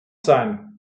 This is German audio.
sein